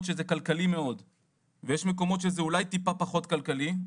שזה כלכלי מאוד ויש מקומות שזה אולי טיפה פחות כלכלי,